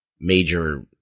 major